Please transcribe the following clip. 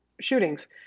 shootings